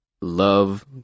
love